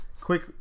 quick